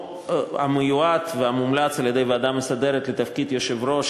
המיועד והמומלץ על-ידי הוועדה המסדרת לתפקיד יושב-ראש